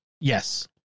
Yes